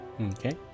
Okay